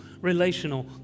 relational